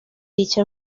dicha